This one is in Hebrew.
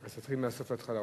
1638,